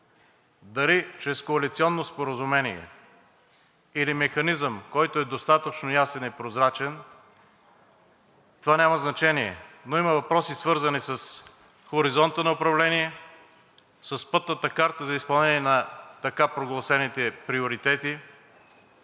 дали чрез коалиционно споразумение, или механизъм, който е достатъчно ясен и прозрачен, това няма значение, но има въпроси, свързани с хоризонта на управление, с Пътната карта за изпълнение на така прогласените приоритети,